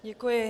Děkuji.